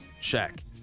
check